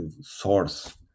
source